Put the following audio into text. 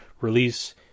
release